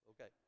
Okay